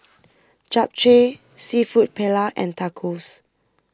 Japchae Seafood Paella and Tacos